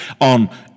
on